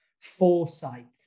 foresight